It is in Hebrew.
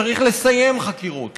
צריך לסיים חקירות.